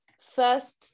first